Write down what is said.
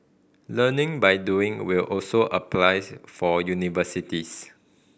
learning by doing will also apply for universities